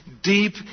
Deep